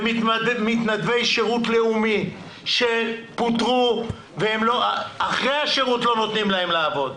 ומתנדבי שירות לאומי שפוטרו ואחרי השירות לא נותנים להם לעבוד,